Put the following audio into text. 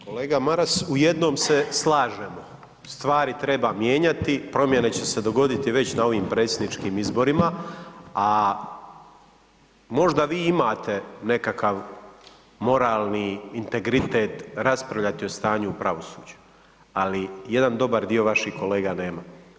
Kolega Maras, u jednom se slažemo, stvari treba mijenjati, promjene će se dogoditi već na ovim predsjedničkim izborima a možda vi imate nekakav moralni integritet raspravljati o stanju u pravosuđu ali jedan dobar dio vaših kolega nema.